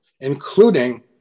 including